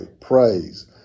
praise